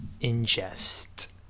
ingest